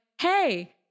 hey